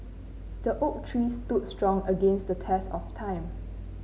the oak tree stood strong against the test of time